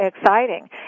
exciting